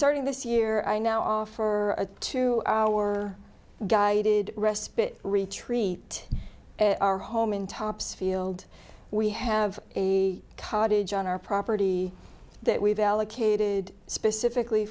starting this year i now offer a two hour guided respite retreat at our home in topsfield we have a cottage on our property that we've allocated specifically